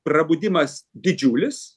prabudimas didžiulis